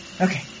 okay